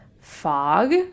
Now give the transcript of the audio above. fog